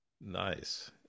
Nice